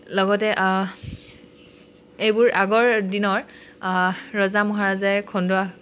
লগতে এইবোৰ আগৰ দিনৰ ৰজা মহাৰজাই খন্দোৱা